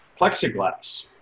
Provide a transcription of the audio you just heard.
plexiglass